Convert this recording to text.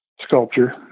sculpture